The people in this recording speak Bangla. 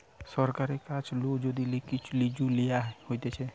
সরকারের কাছ নু যদি কিচু লিজে নেওয়া হতিছে